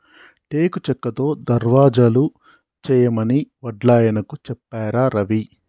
టేకు చెక్కతో దర్వాజలు చేయమని వడ్లాయనకు చెప్పారా రవి